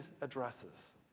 addresses